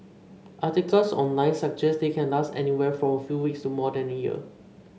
articles online suggest they can last anywhere from a few weeks to more than a year